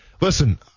Listen